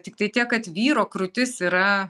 tiktai tiek kad vyro krūtis yra